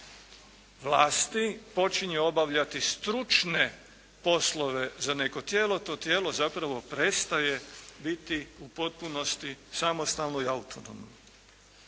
vlasti počinje obavljati stručne poslove za neko tijelo, to tijelo zapravo prestaje biti u potpunosti samostalno i autonomno.